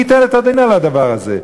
מי ייתן את הדין על הדבר הזה?